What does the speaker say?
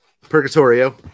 Purgatorio